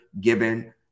given